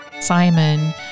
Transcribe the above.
Simon